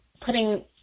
putting